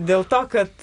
dėl to kad